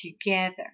together